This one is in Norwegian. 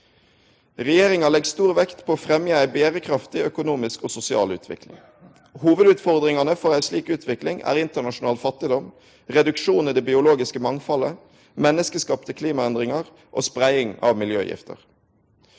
Regjeringa legg stor vekt på å fremje ei berekraftig økonomisk og sosial utvikling. Hovudutfordringane for ei slik utvikling er internasjonal fattigdom, reduksjon i det biologiske mangfaldet, menneskeskapte klimaendringar og spreiing av miljøgifter.